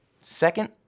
Second